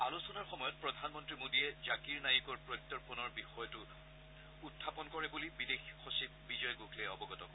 আলোচনাৰ সময়ত প্ৰধানমন্ত্ৰী মোদীয়ে জাকিৰ নায়িকৰ প্ৰত্যাৰ্পণৰ বিষয়টো উখাপন কৰে বুলি বিদেশ সচিব বিজয় গোখলে অৱগত কৰে